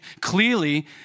clearly